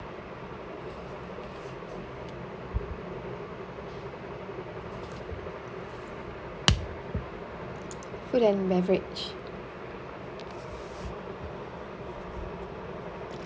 food and beverage